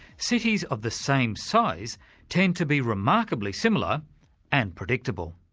cities of the same size tend to be remarkably similar and predictable.